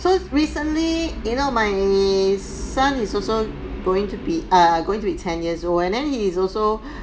so recently you know my son is also going to be err going to be ten years old and then he is also